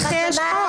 מתי הוא טען שיש חוק?